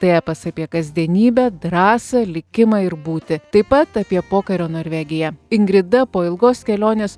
tai epas apie kasdienybę drąsą likimą ir būtį taip pat apie pokario norvegiją ingrida po ilgos kelionės